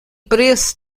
preço